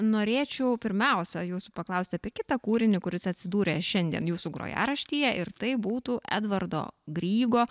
norėčiau pirmiausia jūsų paklausti apie kitą kūrinį kuris atsidūrė šiandien jūsų grojaraštyje ir tai būtų edvardo grygo